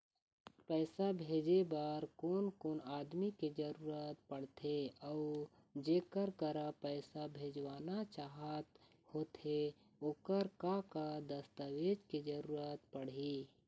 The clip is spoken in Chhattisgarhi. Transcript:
पैसा भेजे बार कोन कोन आदमी के जरूरत पड़ते अऊ जेकर करा पैसा भेजवाना चाहत होथे ओकर का का दस्तावेज के जरूरत पड़ही?